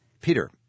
Peter